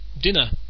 dinner